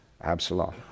Absalom